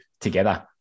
together